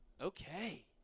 Okay